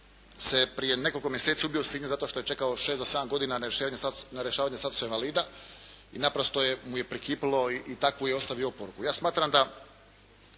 se prije nekoliko mjeseci ubio u Sinju zato što je čekao 6 do 7 godina na rješavanje statusa invalida i naprosto mu je prekipjelo i takvu je ostavio oporuku.